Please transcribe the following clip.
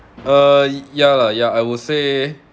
uh ya lah ya I would say